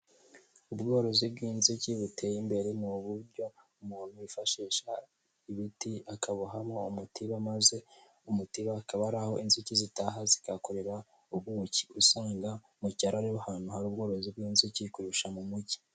Ubworozi bw'inzuki buteye imbere ni uburyo umuntu yifashisha ibiti akabohamo umutiba maze umutiba akaba ari aho inzuki zitaha zikahakorera ubuki, usanga mu cyaro ariho hantu hari ubworozi bw'inzuki kurusha mu mujyi.